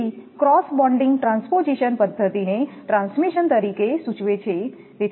તેથી cross bonding transposition પદ્ધતિને transmission તરીકે સૂચવે છે